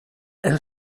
elle